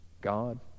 God